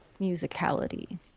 musicality